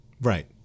Right